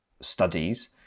studies